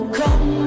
come